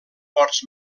ports